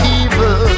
evil